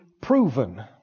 Proven